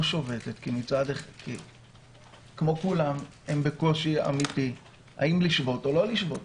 שובתת כי כמו כולם הם בקושי אמיתי האם לשבות או לא לשבות.